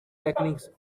techniques